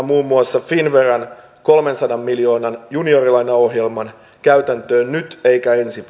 muun muassa finnveran kolmensadan miljoonan juniorilainaohjelman käytäntöön nyt eikä ensi